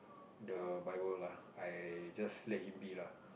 the bible lah I just let him be lah